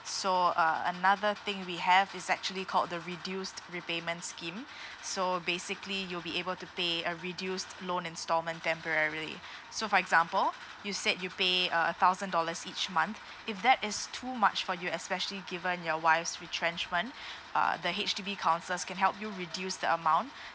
so uh another thing we have is actually called the reduced repayment scheme so basically you'll be able to pay a reduced loan instalment temporarily so for example you said you pay a thousand dollars each month if that is too much for you especially given your wife's retrenchment uh the H_D_B councils can help you reduce the amount